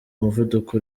umuvuduko